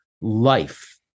life